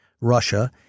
Russia